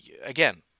again